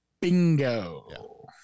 Bingo